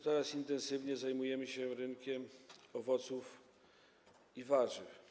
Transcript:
Teraz intensywnie zajmujemy się rynkiem owoców i warzyw.